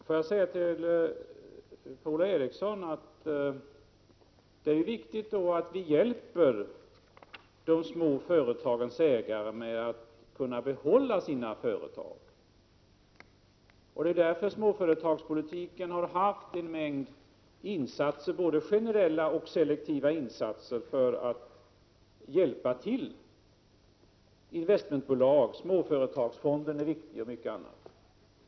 Herr talman! Till Per-Ola Eriksson vill jag säga: Det är viktigt att vi hjälper de små företagens ägare att kunna behålla sina företag. Det är därför småföretagspolitiken haft en mängd insatser, både generella och selektiva, för att hjälpa till. Det har hjälpt investmentbolag, småföretagsfonden och mycket annat.